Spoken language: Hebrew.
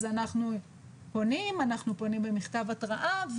אז אנחנו פונים במכתב התראה.